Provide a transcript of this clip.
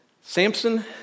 Samson